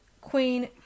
queen